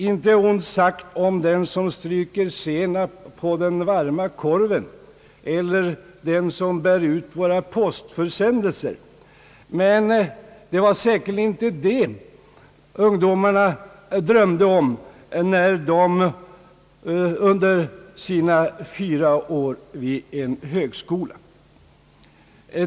Ingenting ont sagt om dem som stryker senap på den varma korven eller dem som bär runt våra postförsändelser, men det var säkerligen inte detta ungdomarna drömde om under sina fyra år vid en högskola.